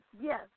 yes